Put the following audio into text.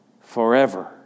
forever